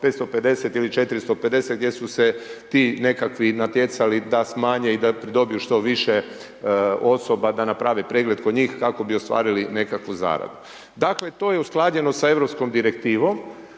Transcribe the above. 550 ili 450 gdje su se ti nekakvi natjecali da smanje i da pridobiju što više osoba da naprave pregled kod njih kako bi ostvarili nekakvu zaradu. Dakle, to je usklađeno sa europskom direktivom